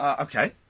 Okay